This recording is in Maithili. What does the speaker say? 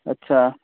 अच्छा